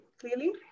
clearly